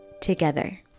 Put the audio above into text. together